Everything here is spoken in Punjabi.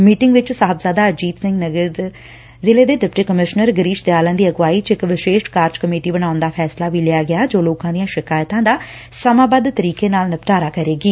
ਮੀਟਿੰਗ ਵਿਚ ਸਾਹਿਬਜ਼ਾਦਾ ਅਜੀਤ ਸਿੰਘ ਨਗਰ ਦੇ ਡਿਪਟੀ ਕਮਿਸ਼ਨਰ ਗਿਰੀਸ਼ ਦਿਆਲਨ ਦੀ ਅਗਵਾਈ ਚ ਇਕ ਵਿਸ਼ੇਸ਼ ਕਾਰਜ ਕਮੇਟੀ ਬਣਾਉਣ ਦਾ ਫੈਸਲਾ ਵੀ ਲਿਆ ਗਿਆ ਜੋ ਲੋਕਾਂ ਦੀਆਂ ਸ਼ਿਕਾਇਤਾਂ ਦਾ ਸਮਾਬੱਧ ਤਰੀਕੇ ਨਾਲ ਨਿਪਟਾਰਾ ਕਰੇਗੀ